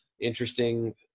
interesting